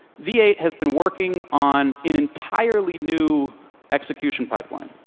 v eight has been working on an entirely new execution pipeline.